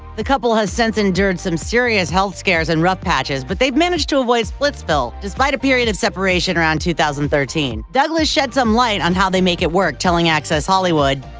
they couple has since endured some serious health scares and rough patches, but they've managed to avoid splitsville, despite a period of separation around two thousand and thirteen. douglas shed some light on how they make it work, telling access hollywood,